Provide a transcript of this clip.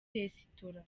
resitora